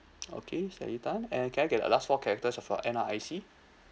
okay sally tan and can I get the last four characters of a N_R_I_C